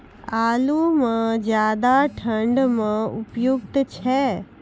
आलू म ज्यादा ठंड म उपयुक्त छै?